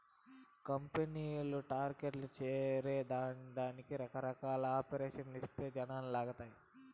కంపెనీలు టార్గెట్లు చేరే దానికి రకరకాల ఆఫర్లు ఇచ్చి జనాలని లాగతారు